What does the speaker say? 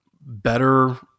better